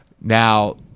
Now